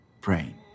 brain